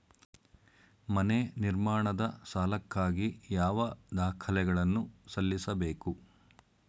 ಮನೆ ನಿರ್ಮಾಣದ ಸಾಲಕ್ಕಾಗಿ ಯಾವ ದಾಖಲೆಗಳನ್ನು ಸಲ್ಲಿಸಬೇಕು?